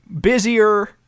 busier